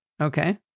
Okay